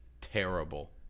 terrible